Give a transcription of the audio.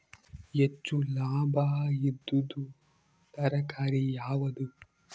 ಹೆಚ್ಚು ಲಾಭಾಯಿದುದು ತರಕಾರಿ ಯಾವಾದು?